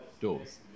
doors